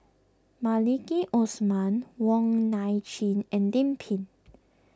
Maliki Osman Wong Nai Chin and Lim Pin